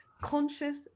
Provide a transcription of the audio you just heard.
conscious